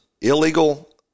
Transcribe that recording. illegal